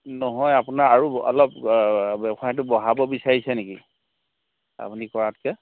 নহয় আপোনাৰ আৰু অলপ ব্যৱসায়টো বঢ়াব বিচাৰিছে নেকি আপুনি কৰাতকৈ